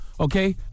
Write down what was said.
Okay